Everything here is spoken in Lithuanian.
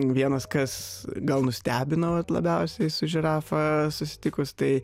vienas kas gal nustebino vat labiausiai su žirafa susitikus tai